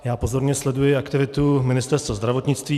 Já pozorně sleduji aktivitu Ministerstva zdravotnictví.